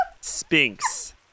Sphinx